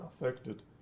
affected